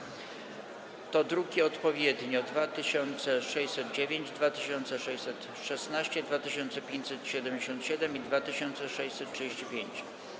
Sprawozdania to odpowiednio druki nr 2609, 2616, 2577 i 2635.